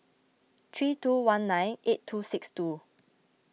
three two one nine eight two six two